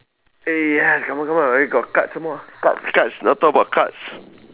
eh haiz come on come on I already got cards some more cards cards now talk about cards